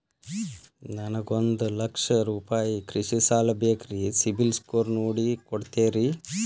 ನನಗೊಂದ ಲಕ್ಷ ರೂಪಾಯಿ ಕೃಷಿ ಸಾಲ ಬೇಕ್ರಿ ಸಿಬಿಲ್ ಸ್ಕೋರ್ ನೋಡಿ ಕೊಡ್ತೇರಿ?